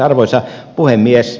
arvoisa puhemies